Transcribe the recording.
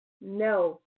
no